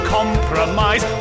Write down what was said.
compromise